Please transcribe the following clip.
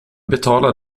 betala